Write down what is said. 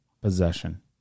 possession